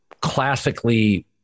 classically